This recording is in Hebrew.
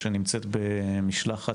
שנמצאת במשלחה